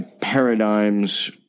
paradigms